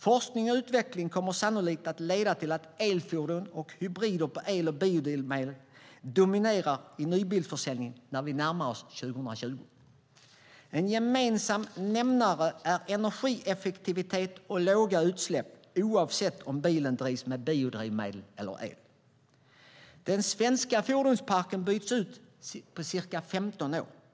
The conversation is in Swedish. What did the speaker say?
Forskning och utveckling kommer sannolikt att leda till att elfordon och hybrider på el och biodrivmedel dominerar i nybilsförsäljningen när vi närmar oss år 2020. En gemensam nämnare är energieffektivitet och låga utsläpp, oavsett om bilen drivs med biodrivmedel eller el. Den svenska fordonsparken byts ut på ca 15 år.